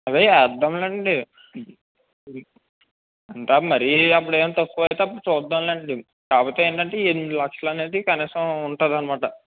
అదే అర్ధమైంది అండి ఇంకా మరి అప్పుడు ఏమి తక్కువ అయితే అప్పుడు చూద్దాంలేండి కాకపోతే ఏంటంటే ఎనిమిది లక్షలు అనేది కనీసం ఉంటుంది అన్నమాట